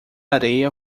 areia